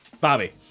Bobby